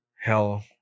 Hell